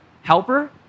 helper